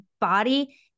body